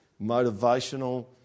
motivational